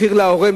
מחיר להורה,